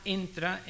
entra